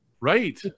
Right